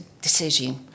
decision